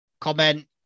comment